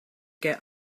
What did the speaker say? get